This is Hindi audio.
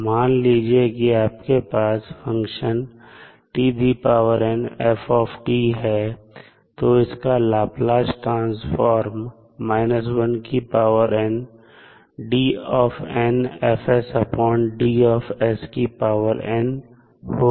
मान लीजिए कि आपके पास फंक्शन है तो इसका लाप्लास ट्रांसफार्म होगा